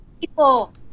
people